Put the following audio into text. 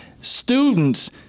students